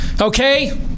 Okay